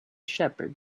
shepherd